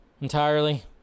entirely